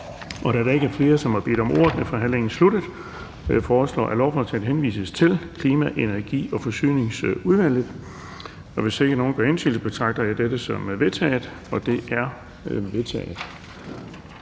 Da der ikke er flere, som har bedt om ordet, er forhandlingen sluttet. Jeg foreslår, at lovforslaget henvises til Klima-, Energi- og Forsyningsudvalget. Hvis ikke nogen gør indsigelse, betragter jeg dette som vedtaget. Det er vedtaget.